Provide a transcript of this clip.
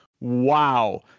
Wow